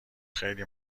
خیلی